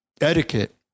etiquette